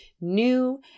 new